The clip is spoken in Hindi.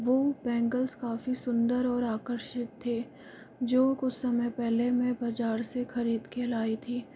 वह बैंगल्स काफ़ी सुंदर और आकर्षित थे जो कुछ समय पहले मै बाज़ार से ख़रीद कर लाई थी